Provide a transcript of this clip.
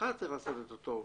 אחר